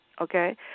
okay